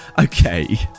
Okay